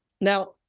Now